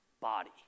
body